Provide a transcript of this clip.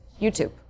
YouTube